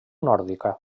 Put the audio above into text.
nòrdica